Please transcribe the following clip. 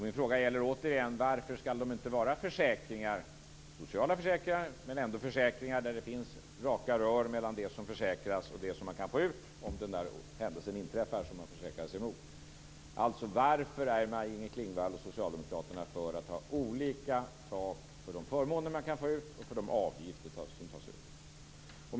Min fråga gäller igen: Varför skall de inte vara försäkringar, sociala försäkringar, men ändå försäkringar där det finns raka rör mellan det som försäkras och det som man kan få ut om den händelse inträffar som man försäkrar sig emot? Alltså: varför är Maj-Inger Klingvall och socialdemokraterna för att ha olika tak för de förmåner man kan få ut och för de avgifter som tas ut?